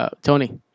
Tony